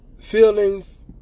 feelings